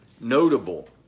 notable